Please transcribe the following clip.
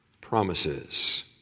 promises